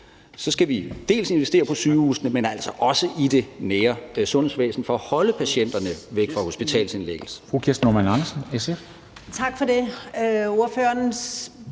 så skal vi investere i sygehusene, men altså også i det nære sundhedsvæsen for at holde patienterne væk fra hospitalsindlæggelse.